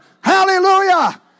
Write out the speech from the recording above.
Hallelujah